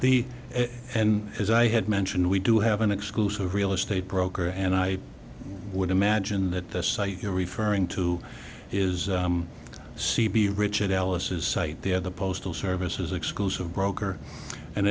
the end as i had mentioned we do have an exclusive real estate broker and i would imagine that the site you're referring to is c b richard ellis is site there the postal service is exclusive broker and